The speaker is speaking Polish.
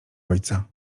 ojca